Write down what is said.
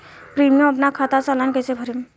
Premium अपना खाता से ऑनलाइन कईसे भरेम?